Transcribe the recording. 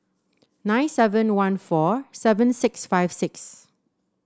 nine seven one four seven six five six